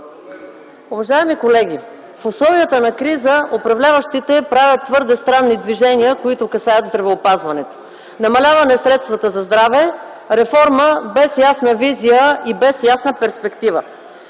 Уважаеми колеги, в условията на криза управляващите правят твърде странни движения, които касаят здравеопазването – намаляване на средствата за здраве, реформа без ясна визия и без ясна перспектива.